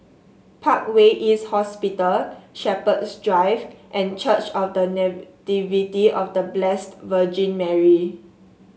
Parkway East Hospital Shepherds Drive and Church of The Nativity of The Blessed Virgin Mary